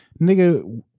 nigga